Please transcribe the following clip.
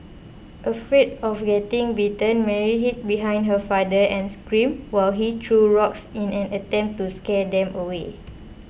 afraid of getting bitten Mary hid behind her father and screamed while he threw rocks in an attempt to scare them away